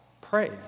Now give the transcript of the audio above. pray